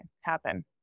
happen